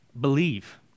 believe